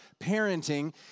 parenting